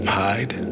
hide